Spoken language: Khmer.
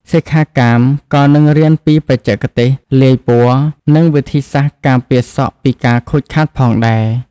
សិក្ខាកាមក៏នឹងរៀនពីបច្ចេកទេសលាយពណ៌ និងវិធីសាស្រ្តការពារសក់ពីការខូចខាតផងដែរ។